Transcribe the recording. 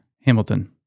Hamilton